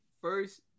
First